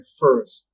first